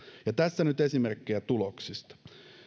ja tässä nyt esimerkkejä tuloksista